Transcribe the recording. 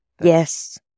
Yes